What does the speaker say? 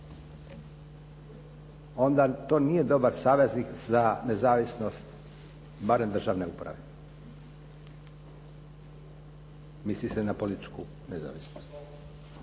onda to nije dobar saveznik za nezavisnost barem državne uprave, misli se na političku nezavisnost.